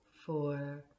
Four